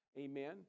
amen